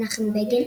מנחם בגין,